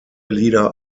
lieder